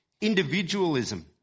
individualism